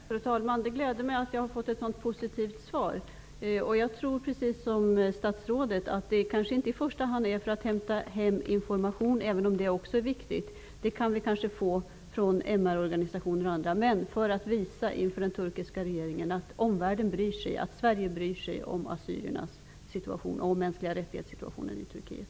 Fru talman! Det gläder mig att jag har fått ett så positivt svar. Jag tror precis som statsrådet att en delegation kanske inte i första hand är viktig för att hämta hem information -- sådan kan vi få från t.ex. MR-organisationer. Men det är viktigt att visa den turkiska regeringen att omvärlden och Sverige bryr sig om assyriernas situation och om situtionen för de mänskliga rättigheterna i Turkiet.